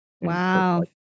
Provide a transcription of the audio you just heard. wow